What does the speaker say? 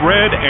Red